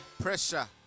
Pressure